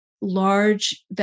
large